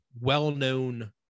well-known